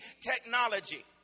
technology